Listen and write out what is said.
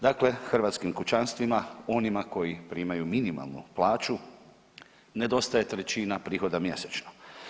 Dakle, hrvatskim kućanstvima onima koji primaju minimalnu plaću nedostaje trećina prihoda mjesečno.